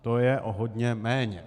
To je o hodně méně.